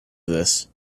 this